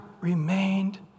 remained